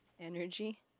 Energy